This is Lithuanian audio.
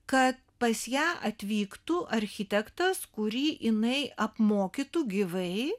kad pas ją atvyktų architektas kurį jinai apmokytų gyvai